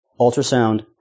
ultrasound